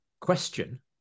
question